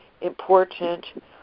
important